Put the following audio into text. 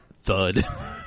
Thud